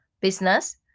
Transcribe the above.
business